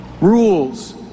rules